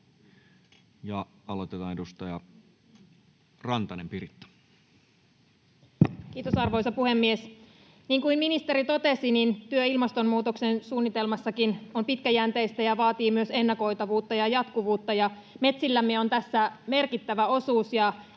Aloitetaan. Edustaja Rantanen, Piritta. Kiitos, arvoisa puhemies! Niin kuin ministeri totesi, niin työ ilmastonmuutoksen suunnitelmassakin on pitkäjänteistä ja vaatii myös ennakoitavuutta ja jatkuvuutta, ja metsillämme on tässä merkittävä osuus.